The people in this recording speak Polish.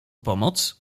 pomoc